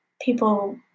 people